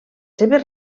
seves